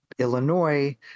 Illinois